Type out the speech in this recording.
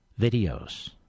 videos